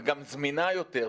וגם זמינה יותר.